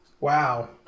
Wow